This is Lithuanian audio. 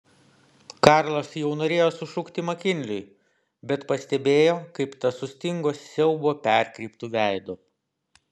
karlas jau norėjo sušukti makinliui bet pastebėjo kaip tas sustingo siaubo perkreiptu veidu